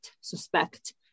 suspect